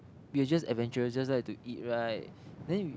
you're just adventurous just like to eat right then you